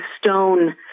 stone